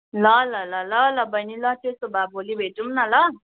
ल ल ल ल ल बहिनी त्यसोभए भोलि भेटौँ न ल